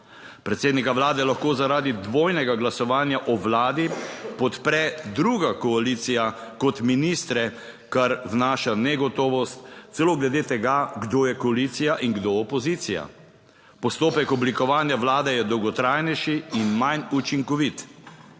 Predsednika vlade lahko zaradi dvojnega glasovanja o vladi podpre druga koalicija kot ministre, kar vnaša negotovost celo glede tega, kdo je koalicija in kdo opozicija. Postopek oblikovanja vlade je dolgotrajnejši in manj učinkovit.